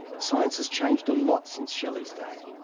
science has changed a lot since shelley's day,